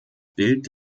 bild